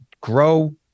grow